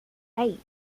eight